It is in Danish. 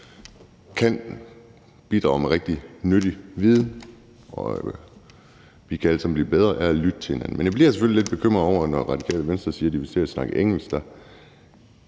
kan bidrage med rigtig nyttig viden, og vi kan alle sammen blive bedre af at lytte til hinanden. Men jeg bliver selvfølgelig lidt bekymret, når Radikale Venstre siger, at de vil til at snakke engelsk